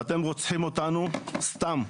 ואתם רוצחים אותנו סתם.